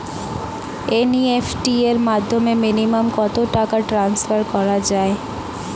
NEFT র মাধ্যমে minimum কত টাকা ট্রান্সফার করা যায়?